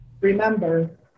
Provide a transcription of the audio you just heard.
Remember